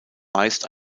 meist